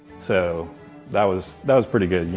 so that was that was pretty good, you